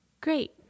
Great